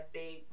big